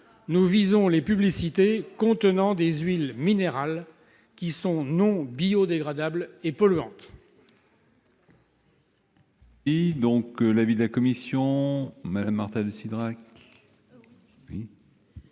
nous visons les publicités contenant des huiles minérales, qui sont non biodégradables et polluantes.